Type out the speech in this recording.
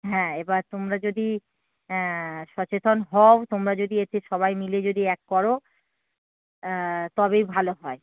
হ্যাঁ এবার তোমরা যদি সচেতন হও তোমরা যদি এসে সবাই মিলে যদি এক করো তবেই ভালো হয়